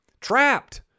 Trapped